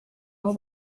aho